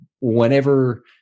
whenever